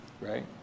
right